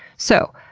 so,